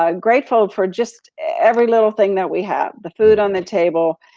ah grateful for just every little thing that we have, the food on the table.